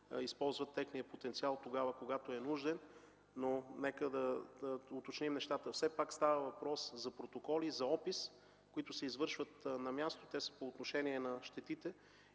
използват техния потенциал, когато е нужен. Нека да уточним нещата. Все пак става въпрос за протоколи, за описи, които се извършват на място – те са по отношение на щетите.